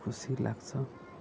खुसी लाग्छ